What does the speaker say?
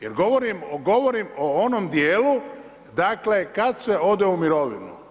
Jer govorim o onim dijelu dakle, kad se ode u mirovinu.